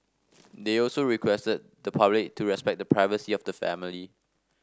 they also requested the public to respect the privacy of the family